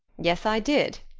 yes, i did,